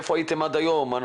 איפה הייתם עד היום,